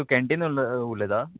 तूं कॅन्टीन उल उलयता